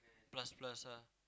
plus plus ah